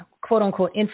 quote-unquote